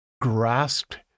grasped